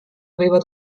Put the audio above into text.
võivad